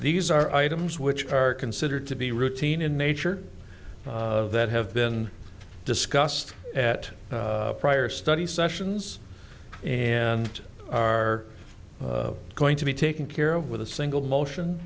these are items which are considered to be routine in nature that have been discussed at prior study sessions and are going to be taken care of with a single motion